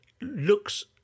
looks